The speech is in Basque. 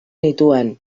nituen